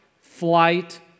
flight